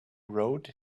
wrote